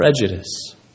prejudice